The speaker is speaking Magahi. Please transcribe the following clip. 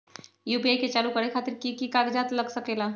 यू.पी.आई के चालु करे खातीर कि की कागज़ात लग सकेला?